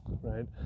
right